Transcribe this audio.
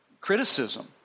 criticism